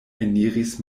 eniris